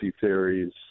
theories